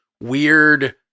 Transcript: weird